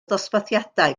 dosbarthiadau